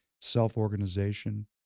self-organization